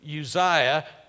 Uzziah